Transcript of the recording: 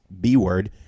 B-word